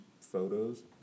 photos